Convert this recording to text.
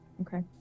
Okay